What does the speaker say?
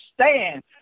stand